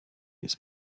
its